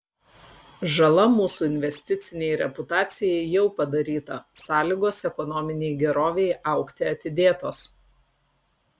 žala mūsų investicinei reputacijai jau padaryta sąlygos ekonominei gerovei augti atidėtos